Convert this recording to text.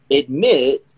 admit